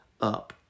up